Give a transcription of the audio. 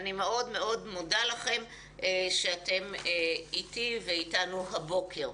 אני מאוד מאוד מודה לכם שאתם אתי ואתנו הבוקר.